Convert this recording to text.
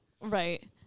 Right